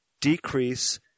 decrease